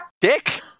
Dick